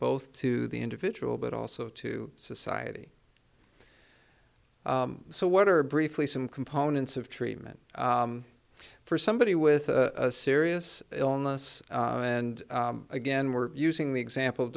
both to the individual but also to society so what are briefly some components of treatment for somebody with a serious illness and again we're using the example of